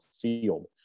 field